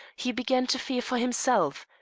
he began to fear for himself.